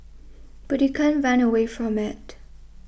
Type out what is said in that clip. but you can't run away from it